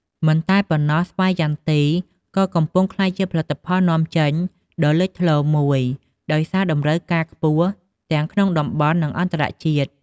មិនតែប៉ុណ្ណោះ ស្វាយចន្ទី ក៏កំពុងក្លាយជាផលិតផលនាំចេញដ៏លេចធ្លោមូយ ដោយសារតម្រូវការខ្ពស់ទាំងក្នុងតំបន់ និងអន្តរជាតិ។